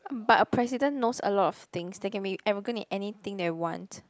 but a president knows a lot of things they can be arrogant in anything they want